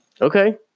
Okay